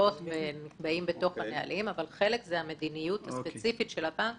חלק זה המדיניות הספציפית של הבנק